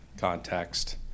context